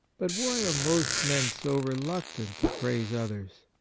but why are most men so reluctant to praise others?